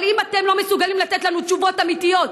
אבל אם אתם לא מסוגלים לתת לנו תשובות אמיתיות,